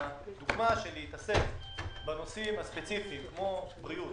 הדוגמה לכך היא להתעסק בנושאים ספציפיים כמו בריאות.